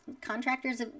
contractors